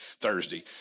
Thursday